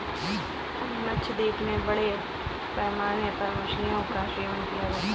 लक्षद्वीप में बड़े पैमाने पर मछलियों का सेवन किया जाता है